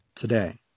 today